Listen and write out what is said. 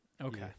Okay